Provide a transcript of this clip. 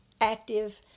active